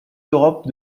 d’europe